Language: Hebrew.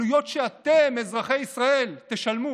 עלויות שאתם, אזרחי ישראל, תשלמו,